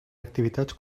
activitats